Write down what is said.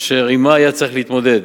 אשר עמה היה צריך להתמודד.